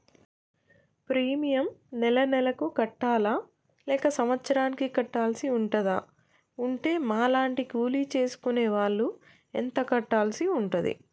Premium నెల నెలకు కట్టాలా లేక సంవత్సరానికి కట్టాల్సి ఉంటదా? ఉంటే మా లాంటి కూలి చేసుకునే వాళ్లు ఎంత కట్టాల్సి ఉంటది?